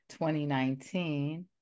2019